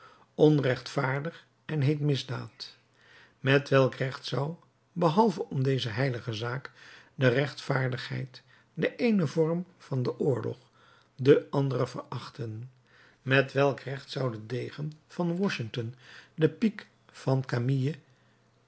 onrechtvaardig en heet misdaad met welk recht zou behalve om deze heilige zaak de rechtvaardigheid de eene vorm van den oorlog den anderen verachten met welk recht zou de degen van washington de piek van camille